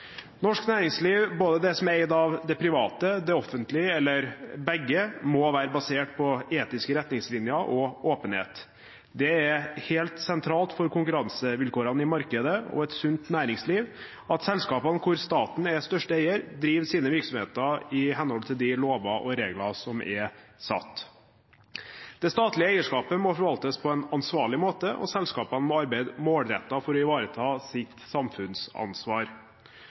Norsk næringsliv, det som er eid av det private, det offentlige eller begge, må være basert på etiske retningslinjer og åpenhet. Det er helt sentralt for konkurransevilkårene i markedet og et sunt næringsliv at selskaper hvor staten er største eier, driver sine virksomheter i henhold til de lover og regler som er satt. Det statlige eierskapet må forvaltes på en ansvarlig måte, og selskapene må arbeide målrettet for å ivareta sitt samfunnsansvar.